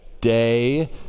day